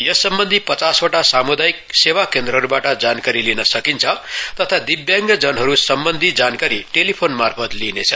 यस सम्बन्धी पचासवटा सामुदायिक सेवा केन्द्रबाट जानकारी लिन सकिन्छ तथा दिव्याङ्गजनहरू सम्बन्धी जानकारी टेलिफोन मार्फत लिइनेछ